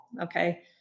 Okay